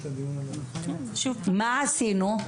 מה עשינו?